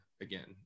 again